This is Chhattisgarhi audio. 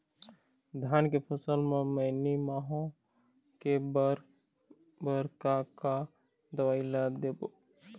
धान के फसल म मैनी माहो के बर बर का का दवई ला देबो?